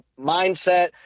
mindset